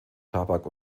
tabak